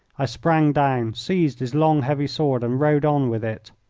i sprang down, seized his long, heavy sword, and rode on with it.